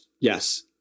Yes